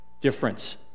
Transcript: difference